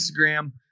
Instagram